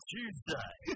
Tuesday